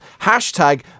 Hashtag